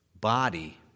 body